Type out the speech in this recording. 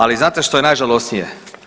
Ali znate što je najžalosnije?